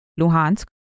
Luhansk